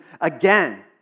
again